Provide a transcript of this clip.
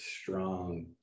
strong